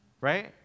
right